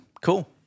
Cool